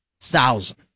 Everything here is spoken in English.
thousand